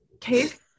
case